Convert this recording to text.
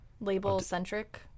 Label-centric